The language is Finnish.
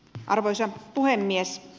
arvoisa puhemies